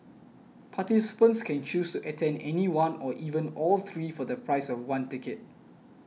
participants can choose to attend any one or even all three for the price of one ticket